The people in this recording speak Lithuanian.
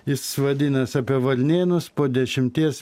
jis vadinas apie varnėnus po dešimties